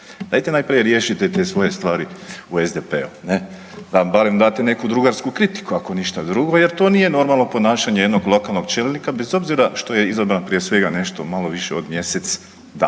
Dajte najprije riješite te svoje stvari u SDP-u ne, da nam date barem neku drugarsku kritiku ako ništa drugo jer to nije normalno ponašanje jednog lokalnog čelnika bez obzira što je izabran prije svega nešto malo više od mjesec dana.